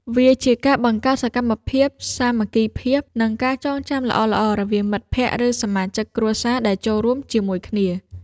វាជាការបង្កើតសកម្មភាពសាមគ្គីភាព និងការចងចាំល្អៗរវាងមិត្តភក្តិ ឬសមាជិកគ្រួសារដែលចូលរួមជាមួយគ្នា។